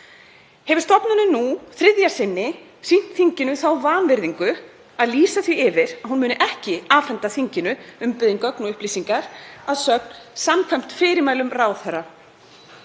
Hefur stofnunin nú þriðja sinni sýnt þinginu þá vanvirðingu að lýsa því yfir að hún muni ekki afhenda þinginu umbeðin gögn og upplýsingar, að sögn samkvæmt fyrirmælum ráðherra.